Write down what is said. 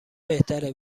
بهتره